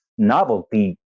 novelty